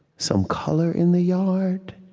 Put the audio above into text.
some color in the yard?